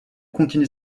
continue